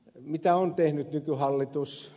mitä on tehnyt nykyhallitus